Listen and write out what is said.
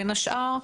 בין השאר,